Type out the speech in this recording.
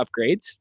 upgrades